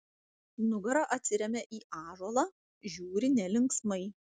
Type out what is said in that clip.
nugara atsiremia į ąžuolą žiūri nelinksmai